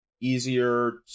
easier